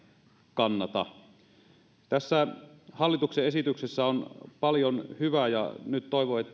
kannata tässä hallituksen esityksessä on paljon hyvää ja nyt toivon